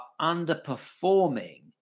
underperforming